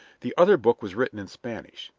the other book was written in spanish,